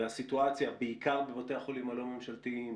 והסיטואציה בעיקר בבתי החולים הלא-ממשלתיים